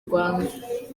rwanda